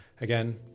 Again